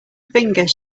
finger